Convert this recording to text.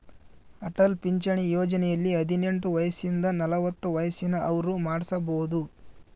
ಅಟಲ್ ಪಿಂಚಣಿ ಯೋಜನೆಯಲ್ಲಿ ಹದಿನೆಂಟು ವಯಸಿಂದ ನಲವತ್ತ ವಯಸ್ಸಿನ ಅವ್ರು ಮಾಡ್ಸಬೊದು